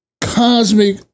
cosmic